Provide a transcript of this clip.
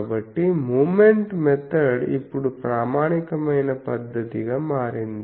కాబట్టి moment method ఇప్పుడు ప్రామాణికమైన పద్ధతిగా మారింది